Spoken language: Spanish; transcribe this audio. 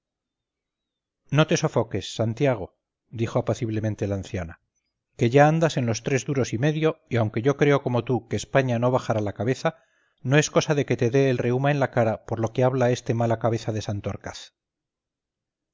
no te sofoques santiago dijo apaciblemente la anciana que ya andas en los tres duros y medio y aunque yo creo como tú que españa no bajará la cabeza no es cosa de que te dé el reuma en la cara por lo que hable este mala cabeza de